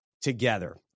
together